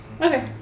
Okay